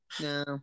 no